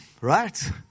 right